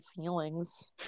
feelings